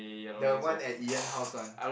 the one at Ian house one